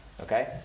Okay